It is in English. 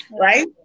right